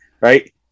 right